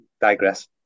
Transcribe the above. Digress